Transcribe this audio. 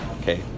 okay